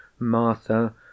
Martha